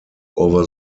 over